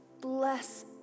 Bless